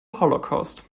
holocaust